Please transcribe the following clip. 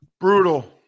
Brutal